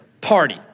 party